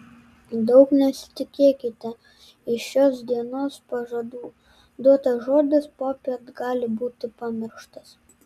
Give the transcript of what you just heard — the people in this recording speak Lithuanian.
daug nesitikėkite iš šios dienos pažadų duotas žodis popiet gali būti pamirštas